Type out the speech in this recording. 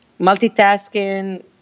multitasking